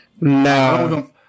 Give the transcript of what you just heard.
No